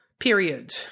period